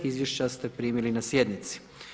Izvješća ste primili na sjenici.